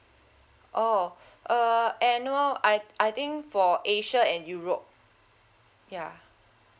oh err annual I I think for asia and europe yeah